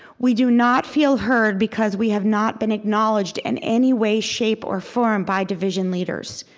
we do not feel heard because we have not been acknowledged in any way, shape, or form by division leaders.